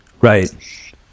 Right